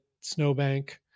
snowbank